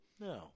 No